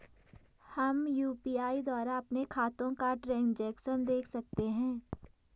हम यु.पी.आई द्वारा अपने खातों का ट्रैन्ज़ैक्शन देख सकते हैं?